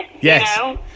yes